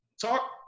Talk